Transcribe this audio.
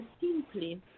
simply